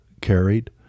carried